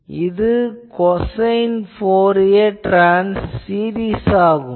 இது cosine Fourier series ஆகும்